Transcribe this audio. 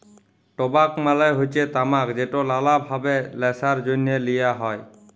টবাক মালে হচ্যে তামাক যেট লালা ভাবে ল্যাশার জ্যনহে লিয়া হ্যয়